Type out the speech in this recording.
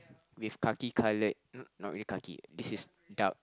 with khaki colored uh not really khaki this is dark